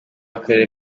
w’akarere